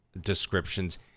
descriptions